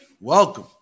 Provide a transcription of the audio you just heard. welcome